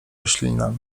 roślina